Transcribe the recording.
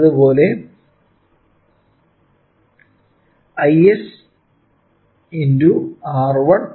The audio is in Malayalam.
അതേ പോലെ Is R1 R1R2 ആയിരിക്കും